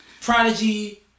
prodigy